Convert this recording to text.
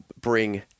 bring